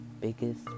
biggest